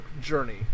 journey